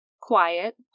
quiet